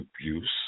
abuse